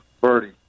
Birdie